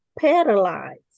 paralyzed